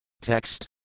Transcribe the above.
Text